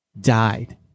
died